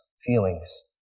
feelings